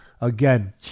again